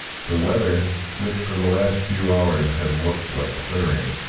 the weather, which for the last few hours had looked like clearing,